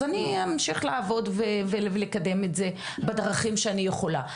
אז אני אמשיך לעבוד ולקדם את זה בדרכים שאני יכולה.